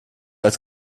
als